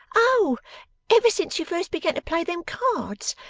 oh ever since you first began to play them cards,